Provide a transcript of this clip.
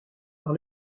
par